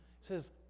says